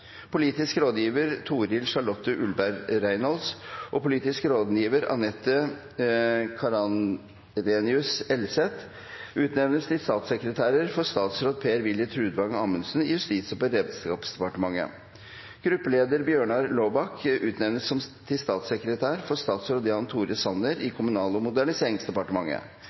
Politisk rådgiver Toril Charlotte Ulleberg Reynolds og politisk rådgiver Anette Carnarius Elseth utnevnes til statssekretærer for statsråd Per-Willy Trudvang Amundsen i Justis- og beredskapsdepartementet. Gruppeleder Bjørnar Laabak utnevnes til statssekretær for statsråd Jan Tore Sanner i Kommunal- og moderniseringsdepartementet.